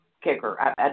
kicker